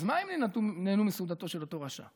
אז מה אם הם נהנו מסעודתו של אותו רשע?